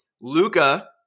Luca